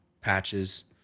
patches